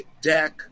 deck